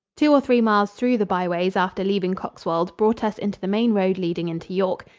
two or three miles through the byways after leaving coxwold brought us into the main road leading into york.